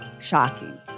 shocking